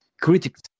critical